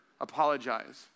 apologize